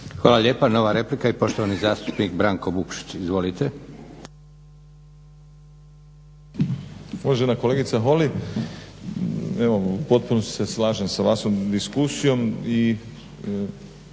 Hvala lijepa. Nova replika i poštovani zastupnik Branko Vukšić. Izvolite.